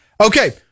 okay